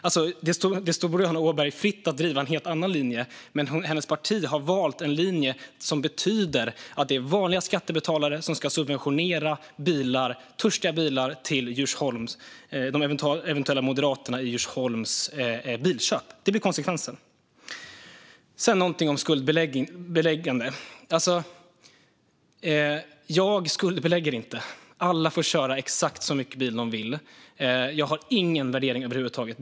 Det står Boriana Åberg fritt att driva en helt annan linje, men hennes parti har valt en linje som betyder att det är vanliga skattebetalare som ska subventionera törstiga bilar till eventuella moderater i Djursholm när de ska köpa bil. Detta blir konsekvensen. Sedan något om skuldbeläggande. Jag skuldbelägger inte. Alla får köra bil exakt så mycket de vill. Jag har ingen värdering över huvud taget.